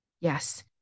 Yes